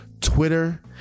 twitter